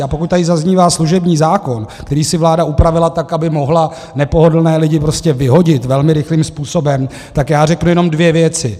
A pokud tady zaznívá služební zákon, který si vláda upravila tak, aby mohla nepohodlné lidi prostě vyhodit velmi rychlým způsobem, tak já řeknu jenom dvě věci.